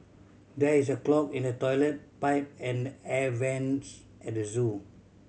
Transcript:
there is a clog in the toilet pipe and the air vents at the zoo